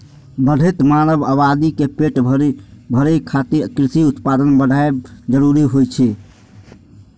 बढ़ैत मानव आबादी के पेट भरै खातिर कृषि उत्पादन बढ़ाएब बहुत जरूरी होइ छै